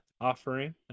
offering